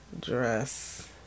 dress